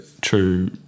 true